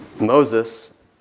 Moses